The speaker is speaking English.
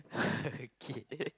okay